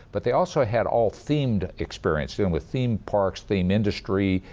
but they also had all themed experience, dealing with theme parks, theme industry,